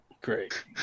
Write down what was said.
Great